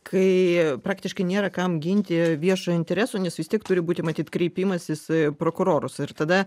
kai praktiškai nėra kam ginti viešojo intereso nes vis tiek turi būti matyt kreipimasis į prokurorus ir tada